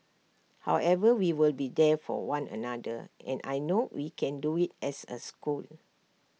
however we will be there for one another and I know we can do IT as A school